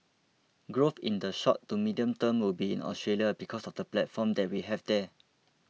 growth in the short to medium term will be in Australia because of the platform that we have here